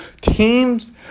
Teams